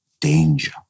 danger